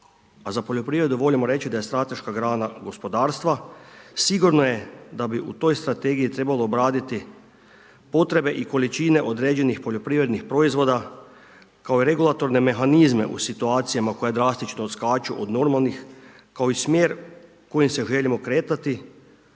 a za poljoprivredu volimo reći da je strateška grana gospodarstva, sigurno je da bi u toj Strategiji trebalo obraditi potrebe i količine određenih poljoprivrednih proizvoda kao regulatorne mehanizme u situacijama koje drastično odskaču od normalnih kao i smjer kojim se želimo kretati